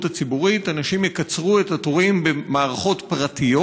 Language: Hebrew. הציבורית אנשים יקצרו את התורים במערכות פרטיות,